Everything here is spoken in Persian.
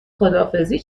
خداحافظی